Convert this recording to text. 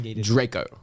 Draco